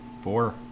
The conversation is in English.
four